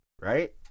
right